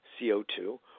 CO2